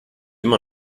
noch